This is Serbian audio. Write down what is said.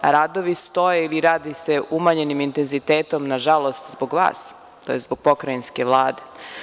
Radovi stoje ili radi se umanjenim intenzitetom, nažalost, zbog vas, tj. zbog Pokrajinske vlade.